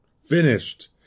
Finished